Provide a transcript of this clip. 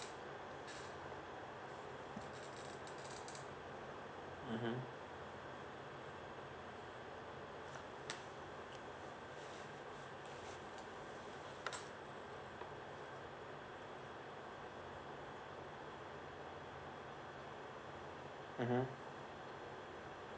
mmhmm mmhmm